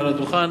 מעל הדוכן,